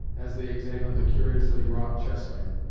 as they examined the curiously wrought chessman,